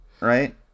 Right